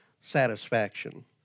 satisfaction